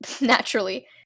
naturally